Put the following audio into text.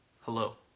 hello